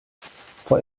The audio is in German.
vor